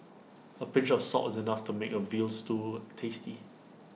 A pinch of salt is enough to make A Veal Stew tasty